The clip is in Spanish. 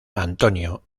antonio